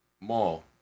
Mall